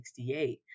1968